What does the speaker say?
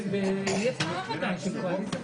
הקואליציה